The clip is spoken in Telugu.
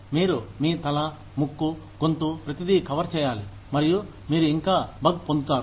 మీరు మీ తల ముక్కు గొంతు ప్రతిదీ కవర్ చేయాలి మరియు మీరు ఇంకా బగ్ పొందుతారు